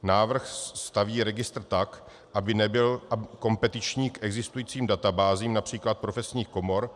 Návrh staví registr tak, aby nebyl kompetiční k existujícím databázím, například profesních komor.